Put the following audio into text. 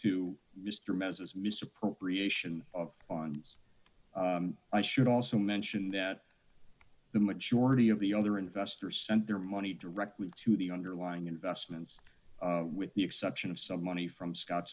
to mr meses misappropriation of funds i should also mention that the majority of the other investor sent their money directly to the underlying investments with the exception of some money from scott